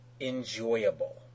enjoyable